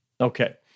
Okay